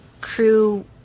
crew